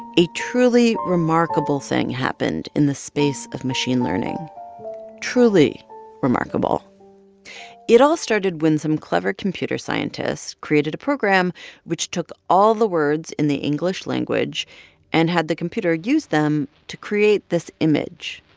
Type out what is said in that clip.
a truly remarkable thing happened in the space of machine learning truly remarkable it all started when some clever computer scientists created a program which took all the words in the english language and had the computer use them to create this image